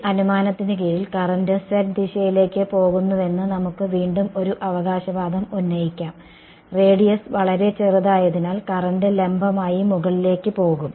ഈ അനുമാനത്തിന് കീഴിൽ കറന്റ് z ദിശയിലേക്ക് പോകുമെന്ന് നമുക്ക് വീണ്ടും ഒരു അവകാശവാദം ഉന്നയിക്കാം റേഡിയസ് വളരെ ചെറുതായതിനാൽ കറന്റ് ലംബമായി മുകളിലേക്ക് പോകും